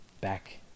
back